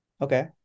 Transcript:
okay